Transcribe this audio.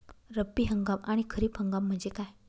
रब्बी हंगाम आणि खरीप हंगाम म्हणजे काय?